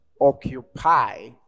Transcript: Occupy